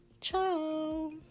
ciao